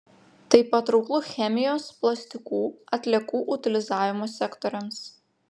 tai patrauklu chemijos plastikų atliekų utilizavimo sektoriams